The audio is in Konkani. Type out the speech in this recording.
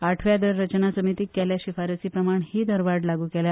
आठव्या दर रचना समितीन केल्ले शिफारसी प्रमाण ही दरवाड लागू केल्या